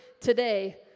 today